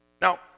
Now